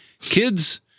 kids